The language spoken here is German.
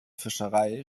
fischerei